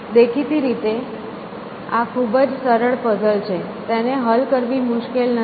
દેખીતી રીતે આ ખૂબ જ સરળ પઝલ છે તેને હલ કરવી મુશ્કેલ નથી